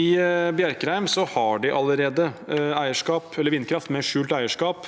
I Bjerkreim har de allerede vindkraft med skjult eierskap,